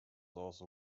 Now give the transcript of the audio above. also